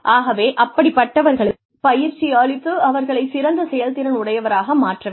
ஆகவே அப்படிப்பட்டவர்களுக்குப் பயிற்சி அளித்து அவர்களை சிறந்த செயல்திறன் உடையவராக மாற்ற வேண்டும்